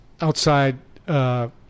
outside